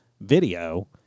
video